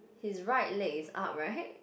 his leg right leg is up right